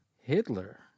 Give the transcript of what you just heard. Hitler